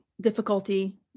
difficulty